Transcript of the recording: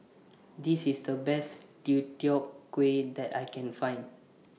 This IS The Best Deodeok Gui that I Can Find